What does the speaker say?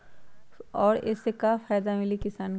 और ये से का फायदा मिली किसान के?